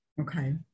Okay